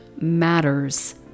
matters